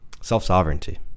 self-sovereignty